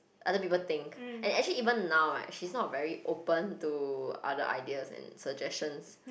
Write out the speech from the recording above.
other people think and actually even now right she's not very open to other ideas and suggestions